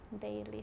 daily